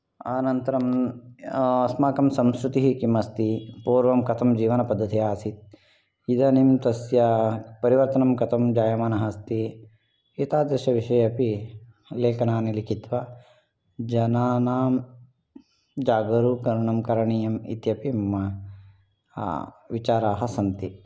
अनन्तरम् अस्माकं संस्कृतिः किम् अस्ति पूर्वं कथं जीवनपद्धतिः आसीत् इदानीं तस्य परिवर्तनं कथं जायमानः अस्ति एतादृशविषये अपि लेखनानि लिखित्वा जनानां जागरुकरणं करणीयमित्यपि मम विचाराः सन्ति